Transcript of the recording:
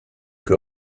que